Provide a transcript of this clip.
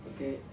okay